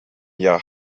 jahr